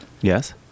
Yes